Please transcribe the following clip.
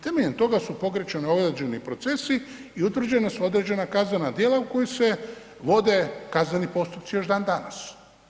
Temeljem toga su pokretani određeni procesi i utvrđena su određena kaznena djela u kojim se vode kazneni postupci još dan danas.